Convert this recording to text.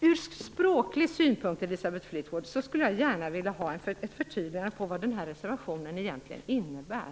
Ur språklig synpunkt, Elisabeth Fleetwwod, skulle jag gärna vilja ha ett förtydligande av vad reservationen egentligen innebär.